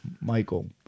Michael